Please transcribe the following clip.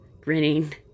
grinning